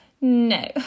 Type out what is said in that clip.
no